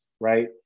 right